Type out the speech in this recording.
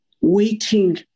waiting